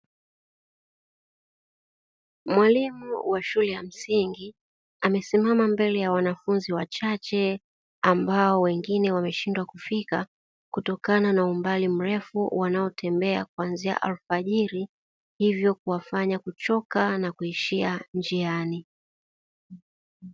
Mwalimu wa shule ya msingi amesimama mbele ya wanafunzi wachache; ambao wengine wameshindwa kufika kutokana na umbali mrefu, wanaotembea kuanzia alfajiri, hivyo kuwafanya kuchoka na kuishia njiani.